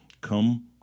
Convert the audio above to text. Come